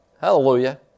Hallelujah